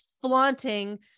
flaunting